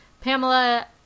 Pamela